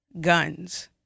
guns